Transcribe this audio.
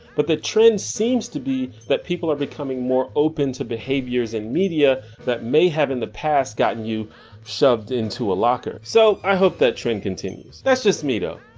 but the trend seems to be that people are becoming more open to behaviors and media that may have in the past gotten you shoved into a locker. so i hope that trend continues. das jus me doe.